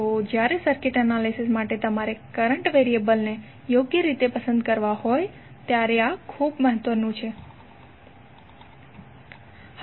તો જ્યારે circuit analysis માટે તમારે કરંટ વેરીએબલને યોગ્ય રીતે પસંદ કરવા હોય ત્યારે આ ખૂબ મહત્વનું છે